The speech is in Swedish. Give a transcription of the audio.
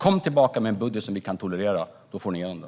Kom tillbaka med en budget som vi kan tolerera; då får ni igenom den!